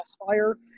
Crossfire